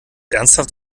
ernsthaft